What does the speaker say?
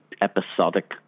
episodic